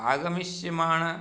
आगमिष्यमाण